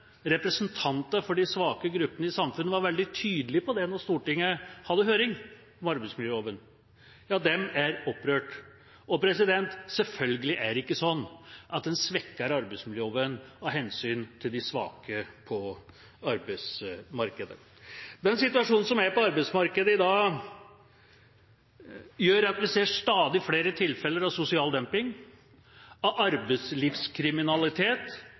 representanter for de svake gruppene i samfunnet – var veldig tydelige på det da Stortinget hadde høring om arbeidsmiljøloven. De er opprørt. Selvfølgelig er det ikke sånn at man svekker arbeidsmiljøloven av hensyn til de svake på arbeidsmarkedet. Den situasjonen som er på arbeidsmarkedet i dag, gjør at vi ser stadig flere tilfeller av sosial dumping og av arbeidslivskriminalitet,